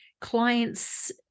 clients